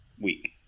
week